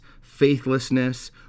faithlessness